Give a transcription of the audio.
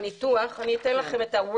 את כל הזמן אומרת שהוצאתם עיצומים,